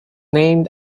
named